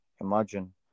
imagine